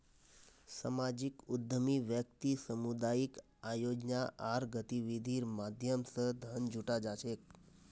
सामाजिक उद्यमी व्यक्ति सामुदायिक आयोजना आर गतिविधिर माध्यम स धन जुटा छेक